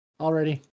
already